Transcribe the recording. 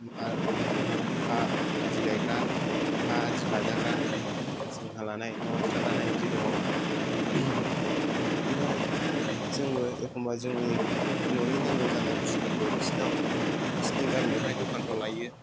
बिदिनो हा आदि गायग्रा हा आदि लाजाग्रा जोंहा लानाय नङाबा बिस्रा लानाय दंङ बिदिनो जोंबो एखमबा जोंनि न'नि नांगौ जानाय बुस्तुफोरखौ बिसोरनाव बिसोरनि गामियावहाय दखानफ्राव लायो